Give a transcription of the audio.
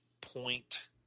point –